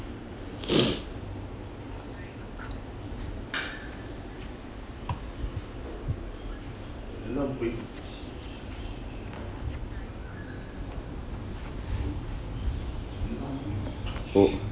oh